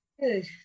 good